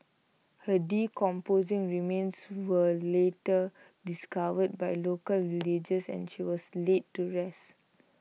her decomposing remains were later discovered by local villagers and she was laid to rest